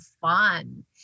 fun